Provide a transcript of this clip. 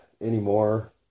anymore